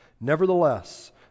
Nevertheless